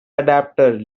adapter